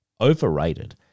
Overrated